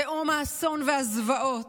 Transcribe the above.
תהום האסון והזוועות,